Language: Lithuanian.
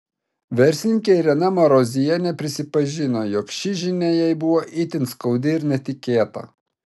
verslininkė irena marozienė prisipažino jog ši žinia jai buvo itin skaudi ir netikėta